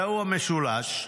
זהו המשולש.